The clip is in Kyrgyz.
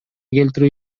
келтирүү